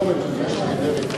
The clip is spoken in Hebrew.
אני מבקש את הכתובת של זה שדיבר אתך.